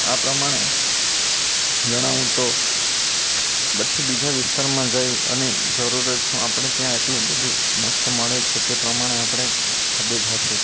આ પ્રમાણે જણાવું તો પછી બીજા વિસ્તારમાં જાઈ અને જરૂર જ શું આપણે ત્યાં એટલું બધું મસ્ત મળે છે તે પ્રમાણે આપણે ખાધું જ હશે